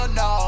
no